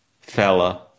fella